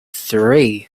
three